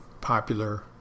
popular